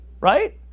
Right